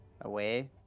away